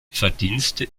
verdienste